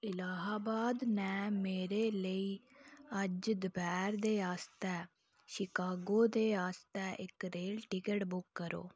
इलाहाबाद ने मेरे लेई अज्ज दपैह्र दे आस्तै शिकागो दे आस्तै इक रेल टिकट बुक करो